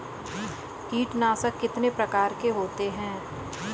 कीटनाशक कितने प्रकार के होते हैं?